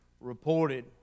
reported